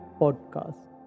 Podcast